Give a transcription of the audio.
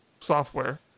software